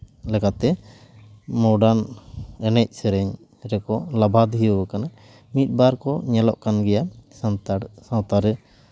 ᱞᱮᱠᱟᱛᱮ ᱢᱚᱨᱰᱟᱱ ᱮᱱᱮᱡ ᱥᱮᱨᱮᱧ ᱨᱮᱠᱚ ᱞᱚᱵᱟᱫᱷᱤᱭᱟᱹ ᱠᱟᱱᱟ ᱢᱤᱫᱵᱟᱨ ᱠᱚ ᱧᱮᱞᱚᱜ ᱠᱟᱱ ᱜᱮᱭᱟ ᱥᱟᱱᱛᱟᱲ ᱥᱟᱶᱛᱟ ᱨᱮ